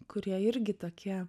kurie irgi tokie